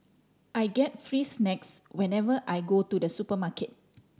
I get free snacks whenever I go to the supermarket